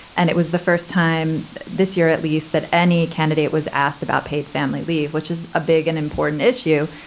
and it was the first time this year, at least that any candidate was asked about paid family leave, which is a big and important issue.